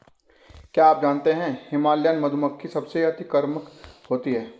क्या आप जानते है हिमालयन मधुमक्खी सबसे अतिक्रामक होती है?